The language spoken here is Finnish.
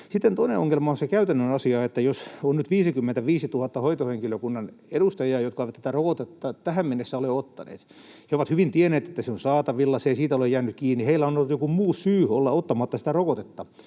Sitten toinen ongelma on se käytännön asia, jos nyt on 55 000 hoitohenkilökunnan edustajaa, jotka eivät tätä rokotetta tähän mennessä ole ottaneet. He ovat hyvin tienneet, että se on saatavilla, se ei siitä ole jäänyt kiinni. Heillä on ollut joku muu syy olla ottamatta sitä rokotetta.